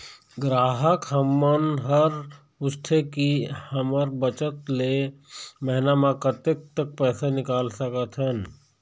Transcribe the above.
ग्राहक हमन हर पूछथें की हमर बचत ले महीना मा कतेक तक पैसा निकाल सकथन?